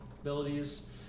abilities